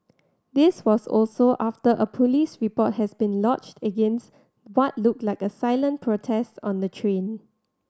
this was also after a police report has been lodged against what looked like a silent protest on the train